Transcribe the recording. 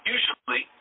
Usually